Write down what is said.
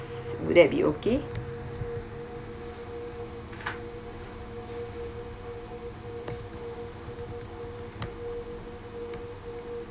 will that be okay